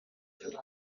gihugu